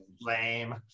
Lame